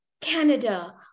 Canada